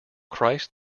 christ